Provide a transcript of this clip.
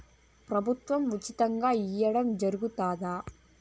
ప్రభుత్వం ఉచితంగా ఇయ్యడం జరుగుతాదా?